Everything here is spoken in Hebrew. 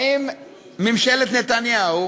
האם ממשלת נתניהו